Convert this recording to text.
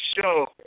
show